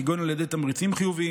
כגון על ידי תמריצים חיוביים,